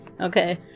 Okay